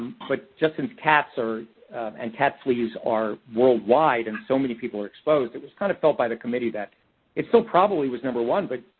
but just in cats, and cat fleas are worldwide, and so many people are exposed. it was kind of felt by the committee that it's still probably, was number one but,